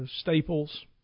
staples